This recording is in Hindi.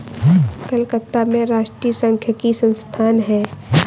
कलकत्ता में राष्ट्रीय सांख्यिकी संस्थान है